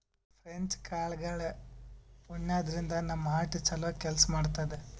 French ಕಾಳ್ಗಳ್ ಉಣಾದ್ರಿನ್ದ ನಮ್ ಹಾರ್ಟ್ ಛಲೋ ಕೆಲ್ಸ್ ಮಾಡ್ತದ್